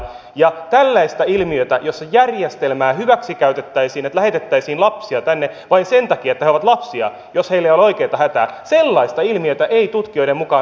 ja sellaista ilmiötä jossa järjestelmää hyväksikäytettäisiin niin että lähetettäisiin lapsia tänne vain sen takia että he ovat lapsia vaikka heillä ei ole oikeata hätää ei tutkijoiden mukaan ole